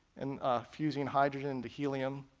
and fusing hydrogen into helium,